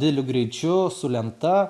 dideliu greičiu su lenta